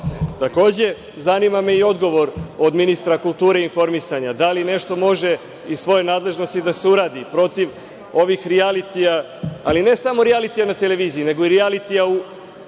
Takođe, zanima me i odgovor od ministra kulture i informisanja, da li nešto može iz svoje nadležnosti da se uradi protiv ovih rijalitija, ali ne samo rijalitija na televiziji nego i rijalitija u